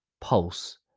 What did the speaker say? pulse